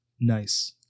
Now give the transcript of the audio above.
Nice